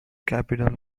capital